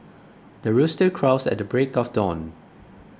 the rooster crows at the break of dawn